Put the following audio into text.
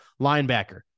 Linebacker